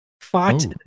Fight